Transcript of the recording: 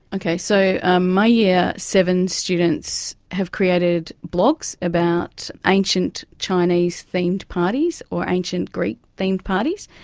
okay, so ah my year seven students have created blogs about ancient chinese themed parties or ancient greek themed parties.